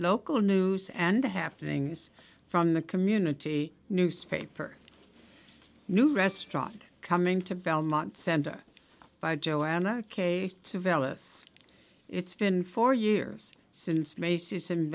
local news and happening is from the community newspaper new restaurant coming to belmont center by joanna k two fellas it's been four years since macy's and